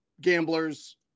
gamblers